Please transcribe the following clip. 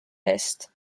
eest